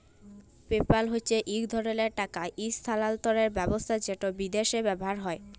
PayPal হছে ইক ধরলের টাকা ইসথালালতরের ব্যাবস্থা যেট বিদ্যাশে ব্যাভার হয়